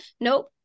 Nope